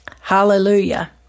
hallelujah